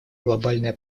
глобальная